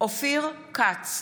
אופיר כץ,